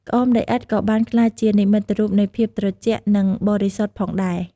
ក្អមដីឥដ្ឋក៏បានក្លាយជានិមិត្តរូបនៃភាពត្រជាក់ និងបរិសុទ្ធផងដែរ។